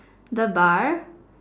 the bar